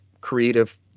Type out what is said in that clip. creative